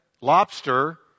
lobster